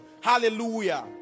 hallelujah